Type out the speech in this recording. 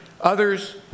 others